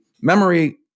memory